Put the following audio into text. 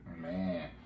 Man